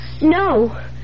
No